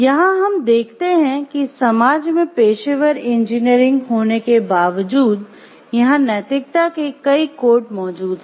यहाँ हम देखते हैं कि समाज में पेशेवर इंजीनियरिंग होने के बावजूद यहाँ नैतिकता के कई कोड मौजूद हैं